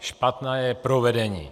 Špatné je provedení.